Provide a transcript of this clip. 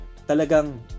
talagang